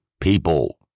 people